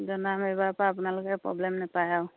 জনাম এইবাৰৰ পৰা আপোনালোকে প্ৰব্লেম নাপায় আৰু